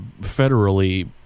federally